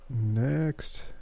next